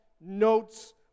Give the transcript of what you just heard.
notes